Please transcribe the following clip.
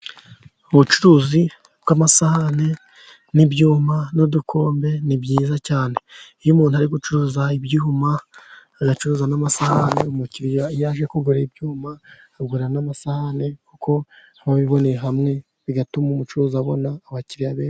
Ubucuruzi bw'amasahane n'ibyuma n'udukombe ni byiza cyane, iyo umuntu ari gucuruza ibyuma agacuruza n'amasahane, umukiriya iyo aje kugura ibyuma agura n'amasahane kuko aba abiboneye hamwe, bituma umucuruzi abona abakiriya benshi.